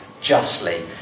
justly